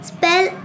Spell